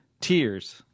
tears